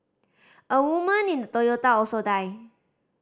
a woman in the Toyota also died